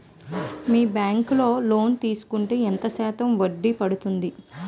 మీ bank లో loan తీసుకుంటే ఎంత శాతం వడ్డీ పడ్తుంది?